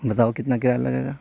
بتاؤ کتنا کرایہ لگے گا